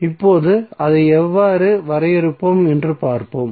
இப்போது அதை எவ்வாறு வரையறுப்போம் என்று பார்ப்போம்